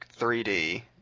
3D